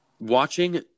watching